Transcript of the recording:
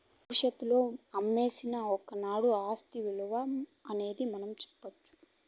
భవిష్యత్తులో అనేసి ఒకనాడు ఆస్తి ఇలువ అనేది మనం సెప్పొచ్చు